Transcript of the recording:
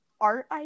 art